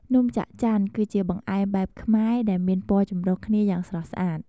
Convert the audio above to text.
នំច័ក្កច័ន គឺជាបង្អែមបែបខ្មែរដែលមានពណ៌ចម្រុះគ្នាយ៉ាងស្រស់ស្អាត។